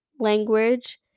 language